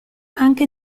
anche